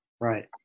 Right